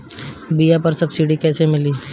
बीया पर सब्सिडी कैसे मिली?